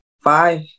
five